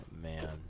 Man